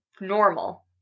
normal